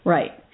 Right